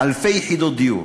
אלפי יחידות דיור.